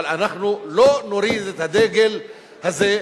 אבל לא נוריד את הדגל הזה,